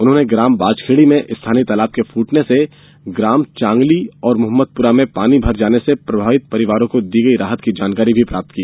उन्होंने ग्राम बाजखेड़ी में स्थानीय तालाब के फूटने से ग्राम चांगली एवं मोहम्मदपुरा में पानी भर जाने से प्रभावित परिवारों को दी गई राहत की जानकारी भी प्राप्त की